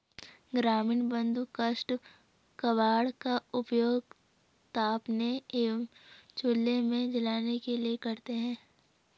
ग्रामीण बंधु काष्ठ कबाड़ का उपयोग तापने एवं चूल्हे में जलाने के लिए करते हैं